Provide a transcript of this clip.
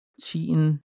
Cheating